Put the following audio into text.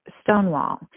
Stonewall